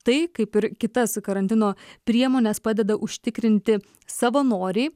tai kaip ir kitas karantino priemones padeda užtikrinti savanoriai